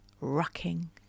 Rocking